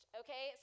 okay